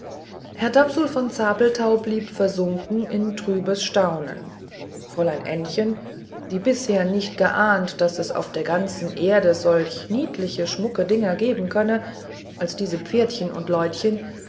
herr dapsul von zabelthau blieb versunken in trübes staunen fräulein ännchen die bisher nicht geahnt daß es auf der ganzen erde solch niedliche schmucke dinger geben könne als diese pferdchen und leutchen